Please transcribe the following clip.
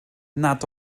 nad